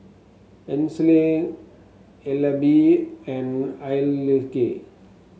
Ainsley Elby and Hayleigh